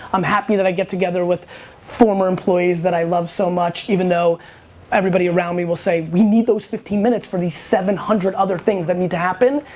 i'm happy that i get together with former employees that i love so much, even though everybody around me will say we need those fifteen minutes for these seven hundred other things that need to happen.